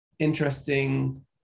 interesting